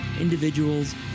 individuals